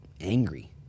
angry